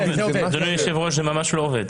אדוני היושב ראש, זה ממש לא עובד.